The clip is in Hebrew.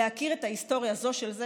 להכיר את ההיסטוריה זה של זה,